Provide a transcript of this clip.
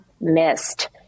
missed